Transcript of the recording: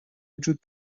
وجود